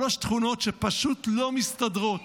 שלוש תכונות שפשוט לא מסתדרות.